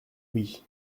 oui